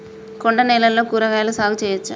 కొండ నేలల్లో కూరగాయల సాగు చేయచ్చా?